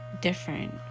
different